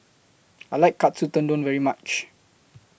I like Katsu Tendon very much